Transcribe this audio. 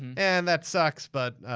and that sucks but,